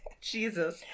Jesus